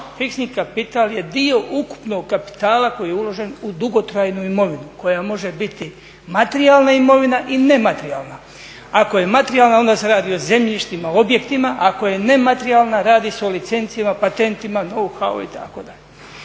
Fiksni kapital je dio ukupnog kapitala koji je uložne u dugotrajnu imovinu koja može biti materijalna imovina i nematerijalna. Ako je materijalna onda se radi o zemljištima, objektima ako je nematerijalna radi se o licencijama, patentima …/Govornik